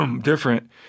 different